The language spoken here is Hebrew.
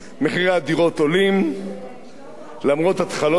למרות התחלות בנייה רבות,